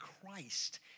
Christ